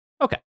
Okay